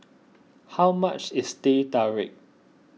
how much is Teh Tarik